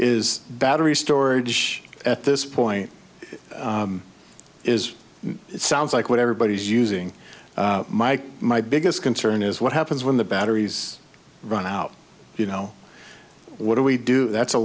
is battery storage at this point is it sounds like what everybody is using mike my biggest concern is what happens when the batteries run out you know what do we do that's a